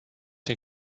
den